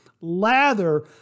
lather